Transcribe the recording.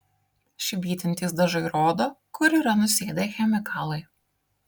švytintys dažai rodo kur yra nusėdę chemikalai